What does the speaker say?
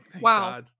Wow